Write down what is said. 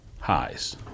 Highs